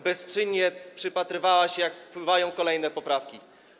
Bezczynnie przypatrywała się, jak wpływały kolejne poprawki.